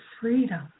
freedom